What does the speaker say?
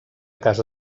casa